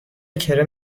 کرم